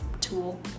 tool